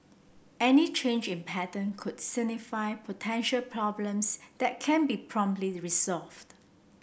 any change in pattern could signify potential problems that can be promptly resolved